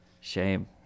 shame